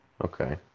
Okay